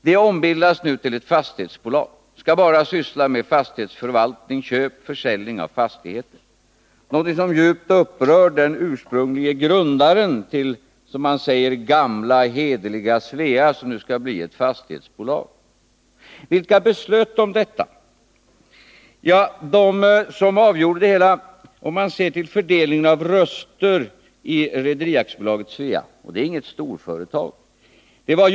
Det ombildades nyligen till ett fastighetsbolag, som bara skall syssla med fastighetsförvaltning och köp och försäljning av fastigheter, någonting som djupt upprörde den ursprunglige grundaren till det, som han säger, gamla hederliga Svea. Vilka fattade beslut om detta? Ja, de som avgjorde det hela var, om man ser till fördelningen av röster i rederi AB Svea — det är inte något storföretag — följande.